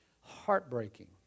heartbreaking